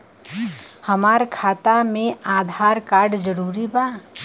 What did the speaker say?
हमार खाता में आधार कार्ड जरूरी बा?